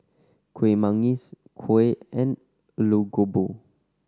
Kueh Manggis kuih and Aloo Gobi